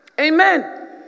Amen